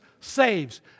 saves